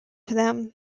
them